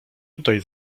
tutaj